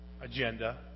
agenda